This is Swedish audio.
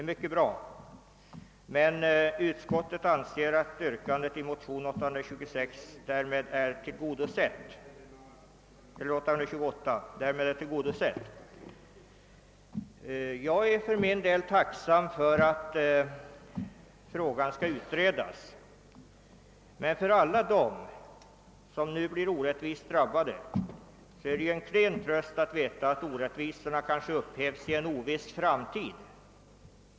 Utskottet anser emellertid att yrkandet i motion II: 828 därmed har tillgodosetts. Jag är som sagt tacksam för att frågan skall utredas, men för alla dem som nu blir orättvist drabbade är det en klen tröst att veta att Iösandet av problemet kanske uppskjuts till en oviss framtid.